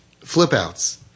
Flip-outs